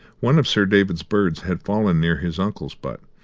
one of sir david's birds had fallen near his uncle's butt,